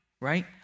right